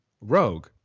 Rogue